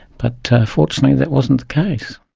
but fortunately that wasn't the case.